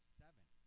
seven